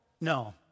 No